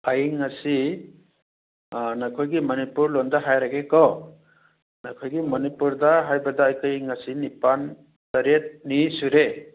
ꯑꯩ ꯉꯁꯤ ꯅꯈꯣꯏꯒꯤ ꯃꯅꯤꯄꯨꯔ ꯂꯣꯜꯗ ꯍꯥꯏꯔꯒꯦꯀꯣ ꯅꯈꯣꯏꯒꯤ ꯃꯅꯤꯄꯨꯔꯗ ꯍꯥꯏꯕꯗ ꯑꯩꯈꯣꯏ ꯉꯁꯤ ꯅꯤꯄꯥꯜ ꯇꯔꯦꯠꯅꯤ ꯁꯨꯔꯦ